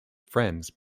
friends